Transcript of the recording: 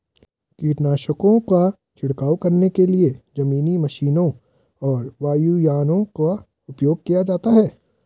कीटनाशकों का छिड़काव करने के लिए जमीनी मशीनों और वायुयानों का उपयोग किया जाता है